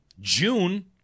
June